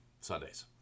Sundays